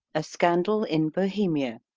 a scandal in bohemia i.